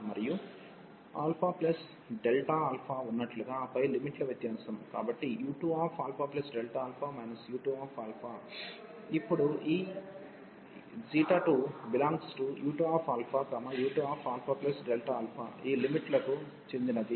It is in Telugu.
మరియు α ఉన్నట్లుగా ఆపై లిమిట్ ల వ్యత్యాసం కాబట్టి u2α u2α ఇప్పుడు ఈ ξ2u2u2α ఈ లిమిట్ లకు చెందినది